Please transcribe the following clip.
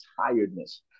tiredness